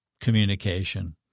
communication